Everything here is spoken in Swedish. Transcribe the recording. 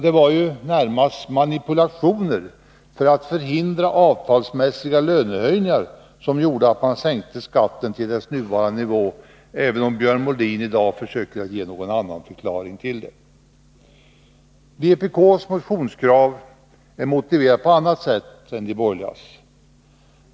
Det var närmast manipulationer för att förhindra avtalsmässiga lönehöjningar som gjorde att man sänkte skatten till dess nuvarande nivå, även om Björn Molin i dag försöker ge en annan förklaring till det. Vänsterpartiet kommunisternas motionskrav är motiverade på annat sätt än de borgerligas.